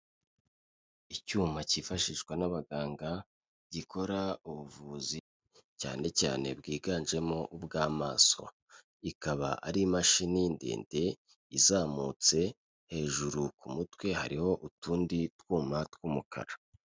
Icyuma cyifashishwa n'abaganga gikora ubuvuzi, cyane cyane bwiganjemo ubw'amaso, ikaba ari imashini ndende izamutse hejuru, ku mutwe hariho utundi twuma tw'umukara.